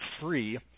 free